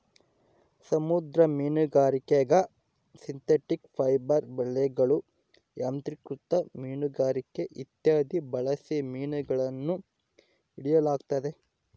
ಸಮುದ್ರ ಮೀನುಗಾರಿಕ್ಯಾಗ synthetic fibre ಬಲೆಗಳು, ಯಾಂತ್ರಿಕೃತ ಮೀನುಗಾರಿಕೆ ಇತ್ಯಾದಿ ಬಳಸಿ ಮೀನುಗಳನ್ನು ಹಿಡಿಯಲಾಗುತ್ತದೆ